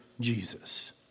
Jesus